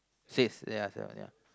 says ya yes yes yes